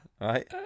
right